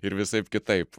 ir visaip kitaip